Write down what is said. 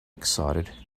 excited